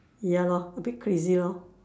ya lor a bit crazy lor